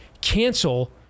cancel